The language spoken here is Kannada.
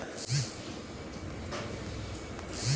ಝೀರೋ ಬ್ಯಾಲೆನ್ಸ್ ನಲ್ಲಿ ಜನ್ ಧನ್ ಖಾತೆ ಮಾಡಬಹುದೇ?